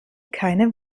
keine